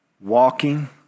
walking